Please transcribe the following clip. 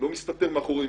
מסתתר מאחורי מישהו.